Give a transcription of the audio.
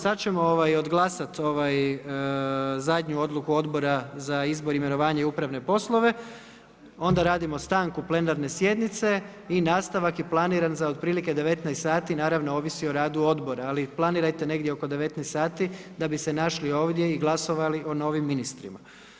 Sada ćemo odglasat zadnju odluku Odbor za izbor, imenovanje i upravne poslove onda radimo stanku plenarne sjednice i nastavak je planiran za otprilike 19,00 sati, naravno ovisi o radu odbora, ali planirajte negdje oko 19,00 sati da bi se našli ovdje i glasovali o novim ministrima.